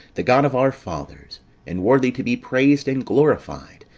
the god of our fathers and worthy to be praised, and glorified,